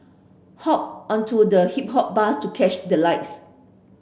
hop onto the Hippo Bus to catch the lights